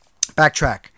backtrack